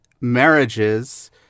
marriages